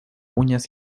uñas